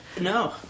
No